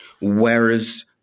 Whereas